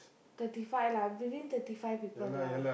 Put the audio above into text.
thirty five lah within thirty five people lah